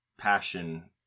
passion